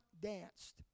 danced